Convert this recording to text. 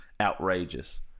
outrageous